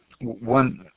one